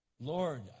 Lord